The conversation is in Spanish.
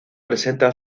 presenta